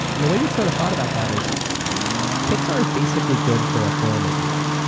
and the way we sort of thought about that is pixar is basically good for a film a year.